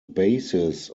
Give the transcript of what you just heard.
basis